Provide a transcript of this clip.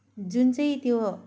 जुन चाहिँ त्यो